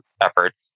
efforts